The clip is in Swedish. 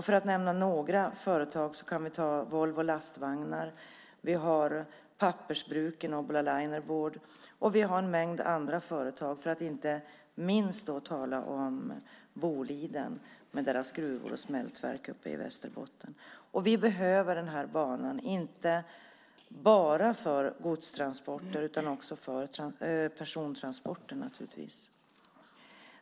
För att nämna några företag har vi Volvo Lastvagnar, pappersbruket Obbola Linerboard och en mängd andra företag, inte minst Boliden med deras gruvor och smältverk uppe i Västerbotten. Vi behöver den här banan, inte bara för godstransporter utan också för persontransporter naturligtvis.